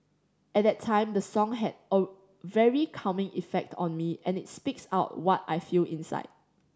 at that time the song had a very calming effect on me and it speaks out what I feel inside